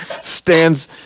stands